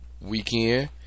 weekend